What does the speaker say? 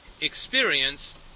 experience